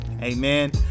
Amen